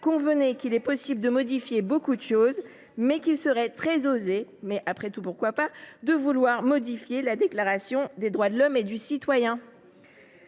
Convenez qu’il est possible de modifier beaucoup de choses, mais qu’il serait très osé – mais après tout, pourquoi pas ?– de vouloir modifier la Déclaration des droits de l’homme et du citoyen.